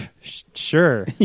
Sure